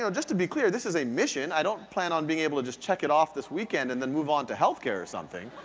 just to be clear, this is a mission. i don't plan on being able to just check it off this weekend, and then move on to healthcare or something.